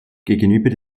gegenüber